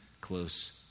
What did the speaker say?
close